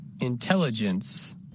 Intelligence